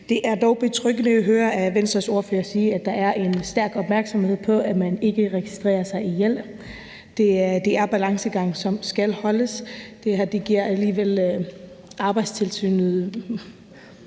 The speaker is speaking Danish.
Venstres ordfører sige, at der er en stærk opmærksomhed på, at man ikke registrerer sig ihjel, og det er en balancegang, som skal holdes. Det her giver alligevel Arbejdstilsynet